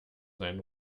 seinen